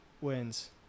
wins